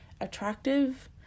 attractive